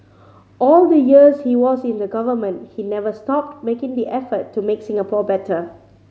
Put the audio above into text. all the years he was in the government he never stopped making the effort to make Singapore better